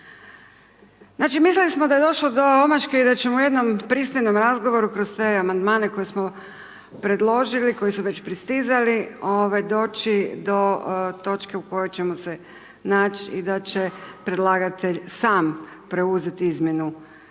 Znači mislili smo da je došlo do omaške i da ćemo u jednom pristojnom razgovoru kroz te amandmane koje smo predložili, koji su već pristizali doći do točke u kojoj ćemo se nać i da će predlagatelj sam preuzeti izmjenu